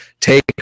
take